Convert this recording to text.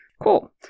cool